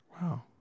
Wow